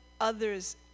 others